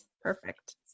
Perfect